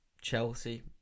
Chelsea